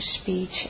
speech